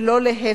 ולא להיפך.